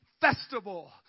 festival